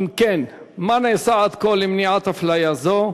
2. אם כן, מה נעשה עד כה למניעת אפליה זו?